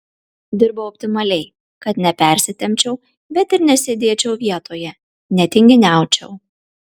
dirbau optimaliai kad nepersitempčiau bet ir nesėdėčiau vietoje netinginiaučiau